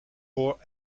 poor